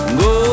go